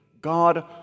God